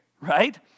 right